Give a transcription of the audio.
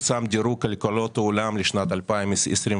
פורסם דירוג כלכלות העולם לשנת 2022,